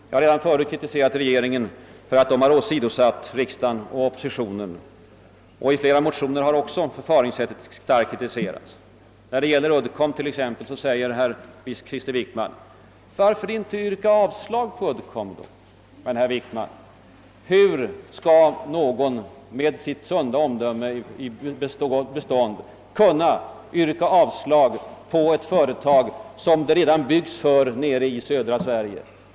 Jag har redan förut kritiserat regeringen för att den åsidosatt riksdagen och oppositionen. I flera motioner har förfaringssättet också starkt kritiserats. När det gäller Uddcomb t.ex. säger herr Wickman: Varför inte yrka avslag på Uddcomb då? Men, herr Wickman, hur skall någon med sitt sunda omdöme i behåll kunna yrka avslag på ett företag som det redan byggs för nere i södra Sverige?